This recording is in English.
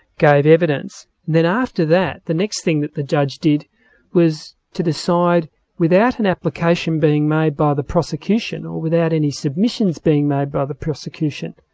gave evidence. then after that, the next thing that the judge did was to decide without an application being made by the prosecution, or without any submissions being made by the prosecution,